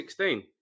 16